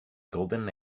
golden